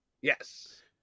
Yes